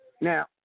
Now